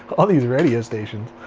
all these radio stations.